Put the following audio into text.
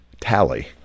tally